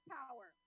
power